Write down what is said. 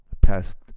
past